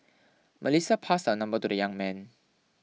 Melissa passed her number to the young man